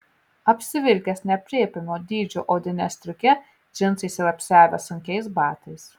apsivilkęs neaprėpiamo dydžio odine stiuke džinsais ir apsiavęs sunkiais batais